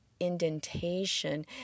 indentation